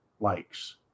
likes